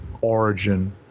origin